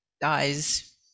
dies